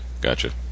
gotcha